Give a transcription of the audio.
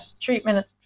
treatment